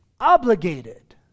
obligated